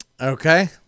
Okay